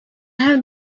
have